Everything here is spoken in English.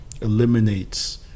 eliminates